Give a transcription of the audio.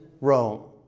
Rome